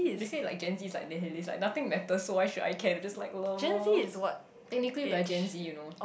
they say that like gen z is like like nothing matter so why should I care just like lmao technically like I gen z you know